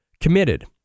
committed